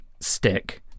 stick